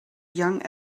young